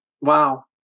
wow